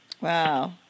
Wow